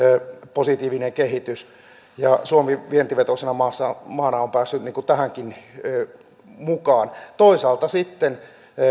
positiivinen kehitys ja suomi vientivetoisena maana on päässyt tähänkin mukaan toisaalta sitten